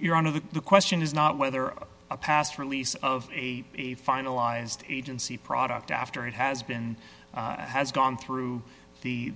you're out of the question is not whether a past release of a finalized agency product after it has been has gone through the